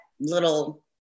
little